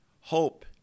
hope